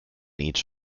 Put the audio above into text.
each